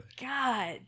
God